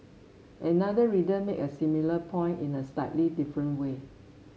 another reader made a similar point in a slightly different way